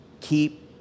Keep